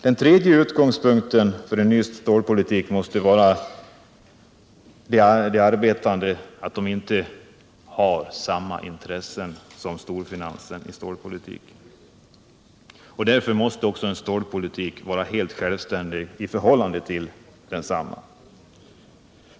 Den tredje utgångspunkten för en ny stålpolitik måste vara att de arbetande inte har samma intressen i stålpolitiken som storfinansen. Därför måste också en stålpolitik vara helt självständig i förhållande till storfinansen.